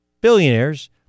billionaires